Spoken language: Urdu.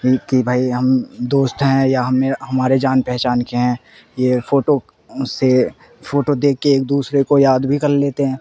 کہ بھائی ہم دوست ہیں یا ہمیں ہمارے جان پہچان کے ہیں یہ فوٹو سے فوٹو دیکھ کے ایک دوسرے کو یاد بھی کر لیتے ہیں